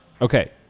Okay